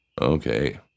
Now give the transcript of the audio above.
Okay